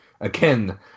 again